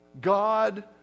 God